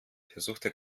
versuchte